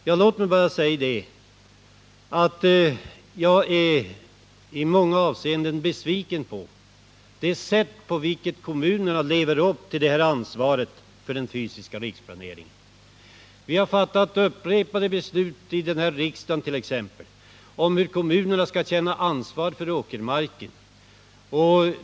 Jag är i många avseenden besviken på det sätt på vilket kommunerna lever upp till sitt ansvar för den fysiska riksplaneringen. Vi har fattat upprepade beslut här i riksdagen om hur kommunerna skall känna ansvar för åkermarken.